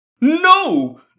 No